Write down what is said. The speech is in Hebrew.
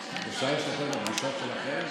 חברת הכנסת אוסנת מארק, בבקשה.